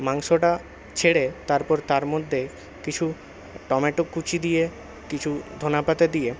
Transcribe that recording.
মাংসটা ছেড়ে তারপর তার মধ্যে কিছু টমেটো কুচি দিয়ে কিছু ধনে পাতা দিয়ে